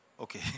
Okay